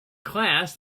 class